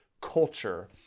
culture